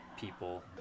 people